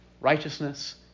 Righteousness